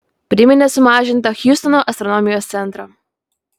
priminė sumažintą hjustono astronomijos centrą